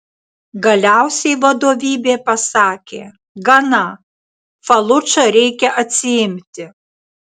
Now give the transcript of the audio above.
galiausiai vadovybė pasakė gana faludžą reikia atsiimti